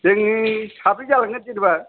जोंनि साब्रै जालांगोन जेनेबा